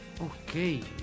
okay